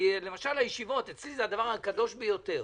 למשל הישיבות אצלי זה הדבר הקדוש ביותר.